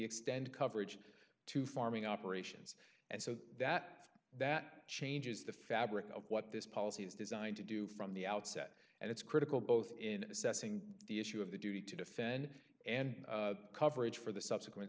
extend coverage to farming operations and so that that changes the fabric of what this policy is designed to do from the outset and it's critical both in assessing the issue of the duty to defend and coverage for the subsequent